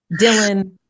Dylan